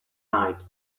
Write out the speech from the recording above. night